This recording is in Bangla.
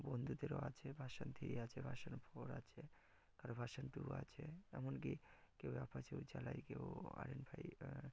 বন্ধুদেরও আছে ভার্সন থ্রি আছে ভার্সন ফোর আছে কারো ভার্সন টু আছে এমন কি কেউ আ্যাপাচেও চালায় কেউ আর এন ফাইভ